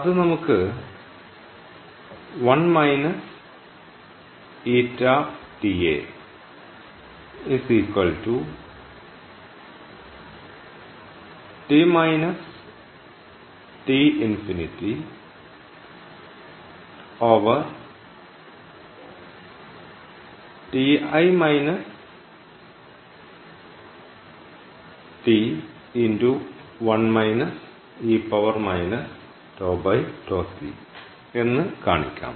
അത് നമുക്ക് എന്ന് കാണിക്കാം